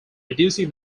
reducing